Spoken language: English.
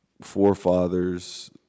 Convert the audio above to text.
forefathers